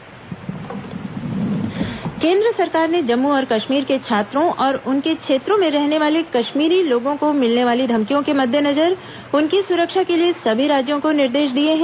केन्द्र परामर्श केन्द्र सरकार ने जम्मू और कश्मीर के छात्रों और उनके क्षेत्रों में रहने वाले कश्मीरी लोगों को मिलने वाली धमकियों के मद्देनजर उनकी सुरक्षा के लिए सभी राज्यों को निर्देश दिए हैं